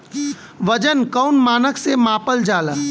वजन कौन मानक से मापल जाला?